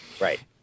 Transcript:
Right